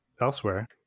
elsewhere